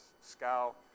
scow